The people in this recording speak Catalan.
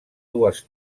dues